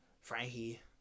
Frankie